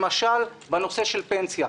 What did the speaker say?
למשל בנושא של פנסיה.